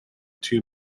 two